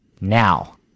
Now